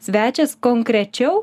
svečias konkrečiau